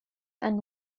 and